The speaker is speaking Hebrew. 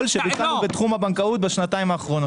שביצענו בתחום הבנקאות בשנתיים האחרונות.